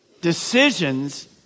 decisions